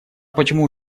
почему